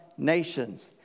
Nations